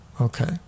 Okay